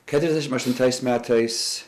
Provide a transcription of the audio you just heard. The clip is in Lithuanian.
keturiasdešim aštuntais metais